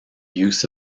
use